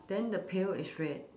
then the pail is red